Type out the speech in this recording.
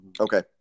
Okay